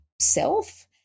self